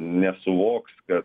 nesuvoks kad